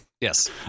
Yes